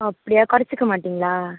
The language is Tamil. அப்படியா குறச்சிக்க மாட்டிங்களா